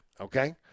Okay